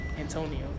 Antonio